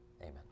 Amen